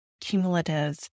cumulative